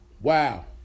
Wow